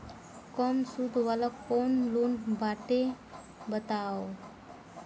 कम सूद वाला कौन लोन बाटे बताव?